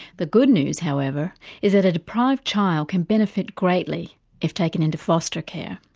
the good news however is that a deprived child can benefit greatly if taken into foster care.